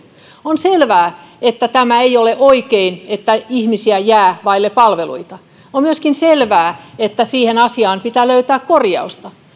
on selvää että tämä ei ole oikein että ihmisiä jää vaille palveluita on myöskin selvää että siihen asiaan pitää löytää korjausta